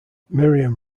miriam